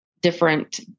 different